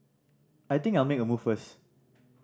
I think I'll make a move first